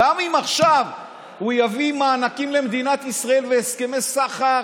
גם אם עכשיו הוא יביא מענקים למדינת ישראל והסכמי סחר